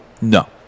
No